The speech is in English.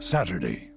Saturday